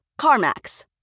CarMax